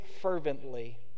fervently